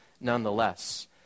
nonetheless